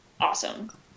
awesome